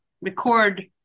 record